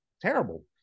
terrible